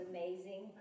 Amazing